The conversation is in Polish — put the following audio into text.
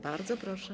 Bardzo proszę.